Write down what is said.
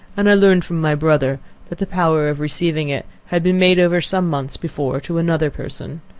and i learnt from my brother that the power of receiving it had been made over some months before to another person.